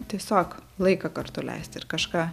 tiesiog laiką kartu leisti ir kažką